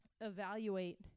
evaluate